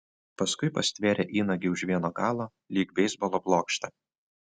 paskui pastvėrė įnagį už vieno galo lyg beisbolo blokštą